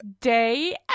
day